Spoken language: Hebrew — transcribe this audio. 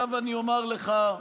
עכשיו אני אומר לך,